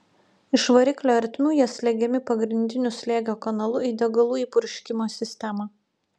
iš variklio ertmių jie slegiami pagrindiniu slėgio kanalu į degalų įpurškimo sistemą